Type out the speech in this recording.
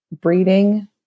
breeding